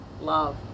love